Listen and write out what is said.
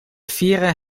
vieren